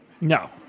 No